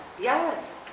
yes